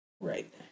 Right